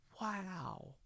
Wow